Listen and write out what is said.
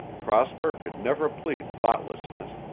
prosper could never plead thoughtlessness.